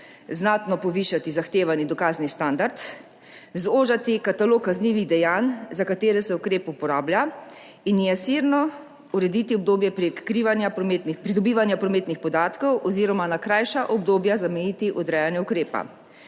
znatno povišati zahtevani dokazni standard, zožiti katalog kaznivih dejanj, za katera se ukrep uporablja, in niansirano urediti obdobje pridobivanja prometnih podatkov oziroma na krajša obdobja zamejiti odrejanje ukrepa.